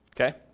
Okay